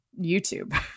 YouTube